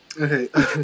Okay